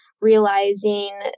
realizing